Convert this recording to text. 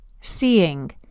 seeing